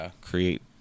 create